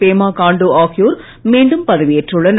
பேமா காண்டு ஆகியோர் மீண்டும் பதவியேற்றுள்ளனர்